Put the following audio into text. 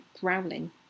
growling